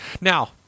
now